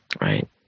Right